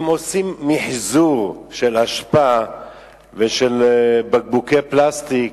אם עושים מיחזור של אשפה ושל בקבוקי פלסטיק,